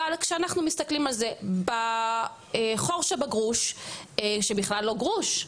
אבל כשאנחנו מסתכלים על זה בחור של הגרוש שבכלל לא גרוש,